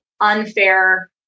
unfair